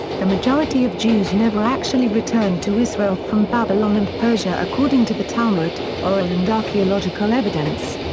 the majority of jews never actually returned to israel from babylon and persia according to the talmud, oral and archeological evidence.